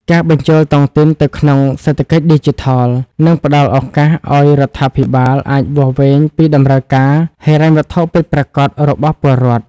ការបញ្ចូលតុងទីនទៅក្នុង "សេដ្ឋកិច្ចឌីជីថល" នឹងផ្ដល់ឱកាសឱ្យរដ្ឋាភិបាលអាចវាស់វែងពីតម្រូវការហិរញ្ញវត្ថុពិតប្រាកដរបស់ពលរដ្ឋ។